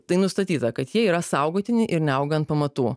tai nustatyta kad jie yra saugotini ir neauga ant pamatų